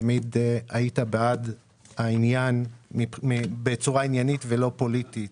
תמיד היית בעד העניין בצורה עניינית ולא פוליטית.